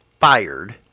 fired